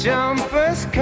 Jumpers